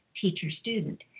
teacher-student